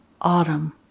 autumn